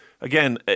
again